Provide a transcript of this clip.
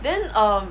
then um